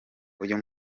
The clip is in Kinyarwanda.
uyu